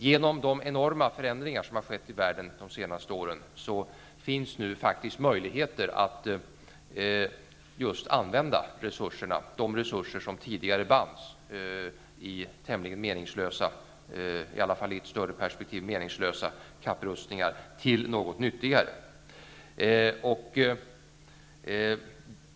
Genom de förändringar som har skett i världen de senaste åren finns nu faktiskt möjligheter att just använda de resurser som tidigare bands i -- i varje fall i ett större perspektiv -- tämligen meningslösa kapprustningar till något nyttigare.